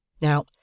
Now